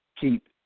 Keep